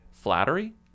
Flattery